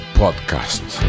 podcast